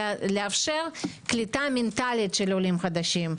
אלא לאפשר קליטה מנטלית של עולים חדשים,